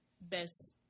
Best